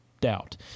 doubt